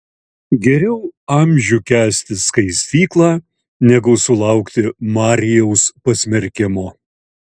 geriau amžių kęsti skaistyklą negu sulaukti marijaus pasmerkimo